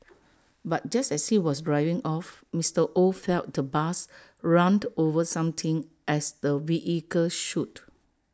but just as he was driving off Mister oh felt the bus run over something as the vehicle shook